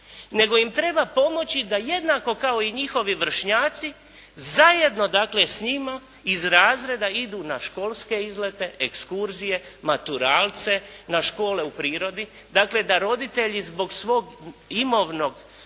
nego im treba pomoći da jednako kao i njihovi vršnjaci zajedno dakle s njima izraze da idu na školske izlete, ekskurzije, maturalce, na škole u prirodi. Dakle da roditelji zbog svoje imovne